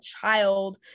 child